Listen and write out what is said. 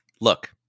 look